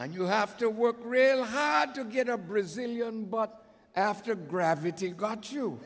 and you have to work really hard to get a brazilian but after gravity got you